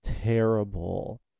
terrible